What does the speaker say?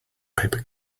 paper